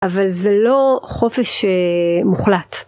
אבל זה לא חופש מוחלט.